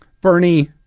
Bernie